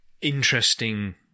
interesting